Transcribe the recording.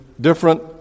different